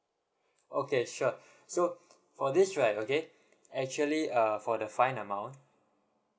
okay sure so for this right okay actually uh for the fine amount